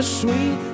sweet